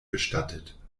bestattet